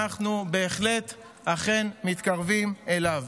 ואכן אנחנו בהחלט מתקרבים אליו.